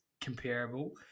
comparable